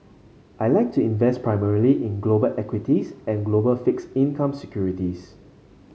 I like to invest primarily in global equities and global fixed income securities